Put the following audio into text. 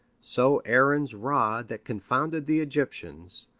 so aaron's rod that confounded the egyptians,